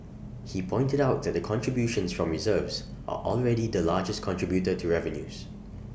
he pointed out that contributions from reserves are already the largest contributor to revenues